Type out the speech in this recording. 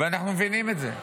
ואנחנו מבינים את זה.